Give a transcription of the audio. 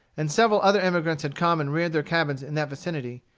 and several other emigrants had come and reared their cabins in that vicinity,